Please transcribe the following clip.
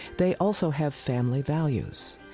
they also have family values.